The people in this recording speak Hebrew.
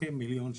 כמיליון שקל.